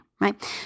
right